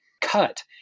cut